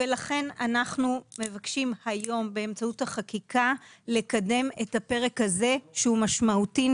לכן אנחנו מבקשים היום באמצעות החקיקה לקדם את הפרק הזה שהוא משמעותי,